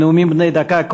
בנאומים בני דקה,